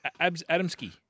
Adamski